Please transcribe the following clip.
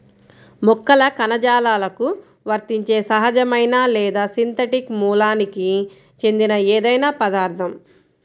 మొక్కల కణజాలాలకు వర్తించే సహజమైన లేదా సింథటిక్ మూలానికి చెందిన ఏదైనా పదార్థం